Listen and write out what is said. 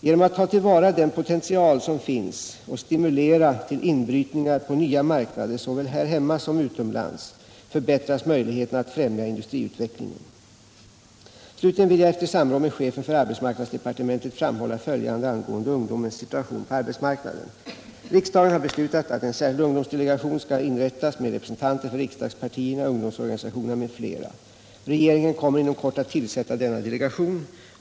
Genom att ta till vara den potential som finns och stimulera till inbrytningar på nya marknader såväl här hemma som utomlands förbättras möjligheterna att främja industriutvecklingen. Slutligen vill jag efter samråd med chefen för arbetsmarknadsdepartementet framhålla följande angående ungdomens situation på arbetsmarknaden. Riksdagen har beslutat att en särskild ungdomsdelegation skall inrättas med representanter för riksdagspartierna, ungdomsorganisationerna m.fl. Regeringen kommer inom kort att tillsätta denna delegation.